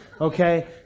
okay